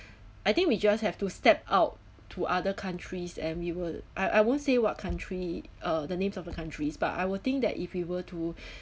I think we just have to step out to other countries and we will I I won't say what country uh the names of the countries but I will think that if you were to